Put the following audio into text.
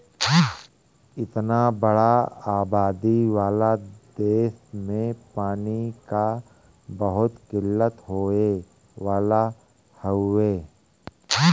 इतना बड़ा आबादी वाला देस में पानी क बहुत किल्लत होए वाला हउवे